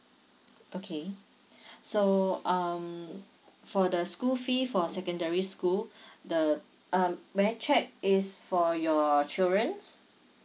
okay so um for the school fee for secondary school the um may I check is for your children